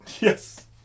yes